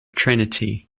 trinity